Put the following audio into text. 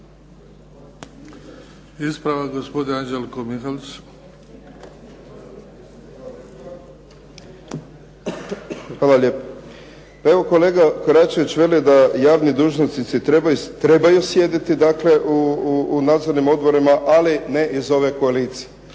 **Mihalić, Anđelko (HDZ)** Hvala lijepa. Evo kolega Koračević veli da javni dužnosnici trebaju sjediti u nadzornim odborima ali ne iz ove koalicije.